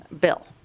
Bill